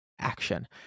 action